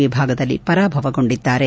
ವಿಭಾಗದಲ್ಲಿ ಪರಾಭವಗೊಂಡಿದ್ದಾರೆ